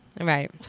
Right